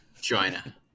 China